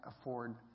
afford